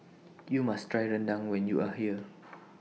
YOU must Try Rendang when YOU Are here